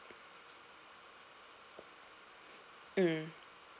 mm